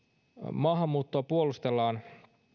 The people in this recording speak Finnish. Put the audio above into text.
maahanmuuttoa puolustellaan